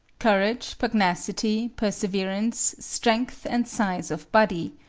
courage, pugnacity, perseverance, strength and size of body,